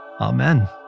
Amen